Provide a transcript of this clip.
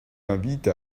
invite